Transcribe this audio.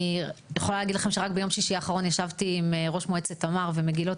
אני יכולה להגיד שרק ביום שיש האחרון ישבתי עם ראש מועצת תמר ומגילות,